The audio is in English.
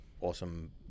awesome